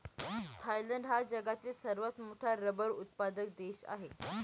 Thailand हा जगातील सर्वात मोठा रबर उत्पादक देश आहे